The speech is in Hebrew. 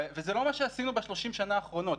וזה לא מה שעשינו ב-30 שנה האחרונות.